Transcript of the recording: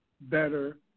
better